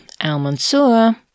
Al-Mansur